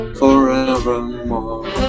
forevermore